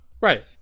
Right